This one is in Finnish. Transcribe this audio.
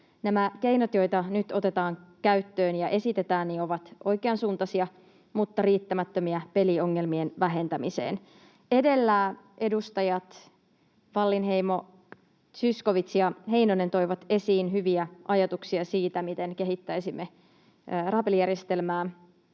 Nämä keinot, joita nyt otetaan käyttöön ja esitetään, ovat oikeansuuntaisia mutta riittämättömiä peliongelmien vähentämiseen. Edellä edustajat Wallinheimo, Zyskowicz ja Heinonen toivat esiin hyviä ajatuksia siitä, miten kehittäisimme rahapelijärjestelmää